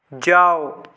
जाओ